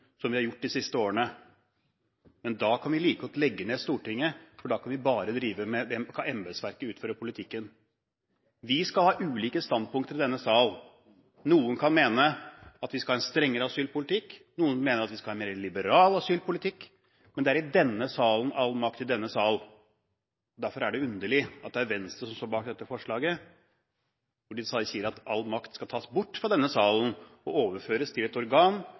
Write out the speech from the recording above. som vi har gjort de siste årene, men da kan vi like godt legge ned Stortinget, for da kan embetsverket utføre politikken. Vi skal ha ulike standpunkter i denne sal. Noen kan mene at vi skal ha en strengere asylpolitikk, noen mener at vi skal ha en mer liberal asylpolitikk, men det som gjelder, er «all makt i denne sal». Derfor er det underlig at det er Venstre som står bak dette forslaget, hvor de sier at all makt skal tas bort fra denne salen og overføres til et organ